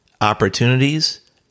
opportunities